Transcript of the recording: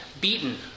beaten